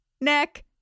neck